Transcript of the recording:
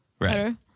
Right